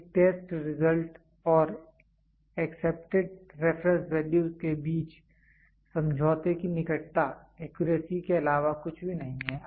एक test result और accepted reference value के बीच समझौते की निकटता एक्यूरेसी के अलावा कुछ भी नहीं है